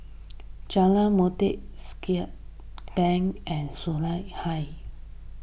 Jalan Motek Siglap Bank and Hill